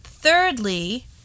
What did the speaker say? thirdly